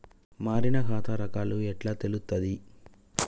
మారిన ఖాతా రకాలు ఎట్లా తెలుత్తది?